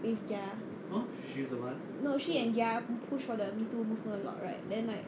with gia no she and gia pushed for the me too movement [what] right then like